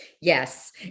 Yes